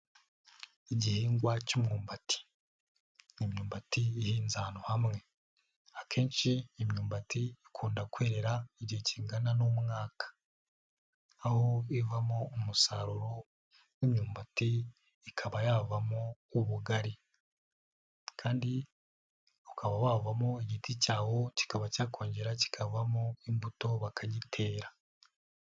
Igihingwa cy'umwumbati, imyumbati ihinze ahantu hamwe, akenshi imyumbati ikunda kwerera igihe kingana n'umwaka, aho ivamo umusaruro w'imyumbati, ikaba yavamo ubugari, kandi ukaba wavamo igiti cyawo kikaba cyakongera kikavamo imbuto bakagitera.